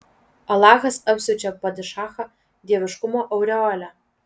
alachas apsiaučia padišachą dieviškumo aureole